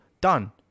done